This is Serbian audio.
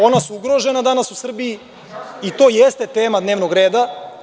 Ona su ugrožena u Srbiji, i to jeste tema dnevnog reda.